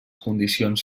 condicions